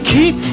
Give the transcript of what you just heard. Keep